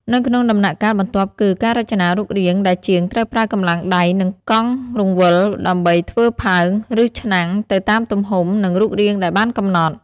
នៅក្នុងដំណាក់កាលបន្ទាប់គឺ ការរចនារូបរាង ដែលជាងត្រូវប្រើកម្លាំងដៃ និងកង់រង្វិលដើម្បីធ្វើផើង ឬឆ្នាំងទៅតាមទំហំ និងរូបរាងដែលបានកំណត់។